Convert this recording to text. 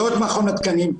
לא את מכון התקנים,